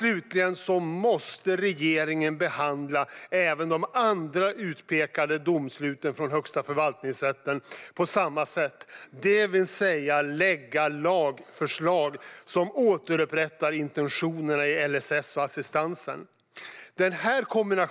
Slutligen måste regeringen behandla även de andra utpekade domsluten från Högsta förvaltningsdomstolen på samma sätt, det vill säga lägga fram lagförslag som återupprättar intentionerna i LSS vad gäller assistansen. Fru talman!